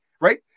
right